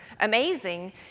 amazing